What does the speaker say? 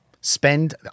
spend